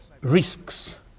risks